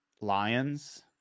lions